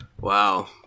Wow